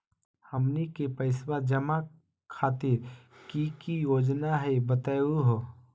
हमनी के पैसवा जमा खातीर की की योजना हई बतहु हो?